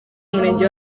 umurenge